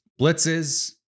blitzes